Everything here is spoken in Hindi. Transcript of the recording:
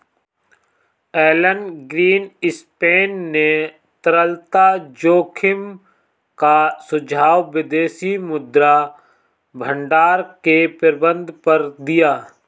एलन ग्रीनस्पैन ने तरलता जोखिम का सुझाव विदेशी मुद्रा भंडार के प्रबंधन पर दिया